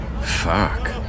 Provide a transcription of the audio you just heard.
Fuck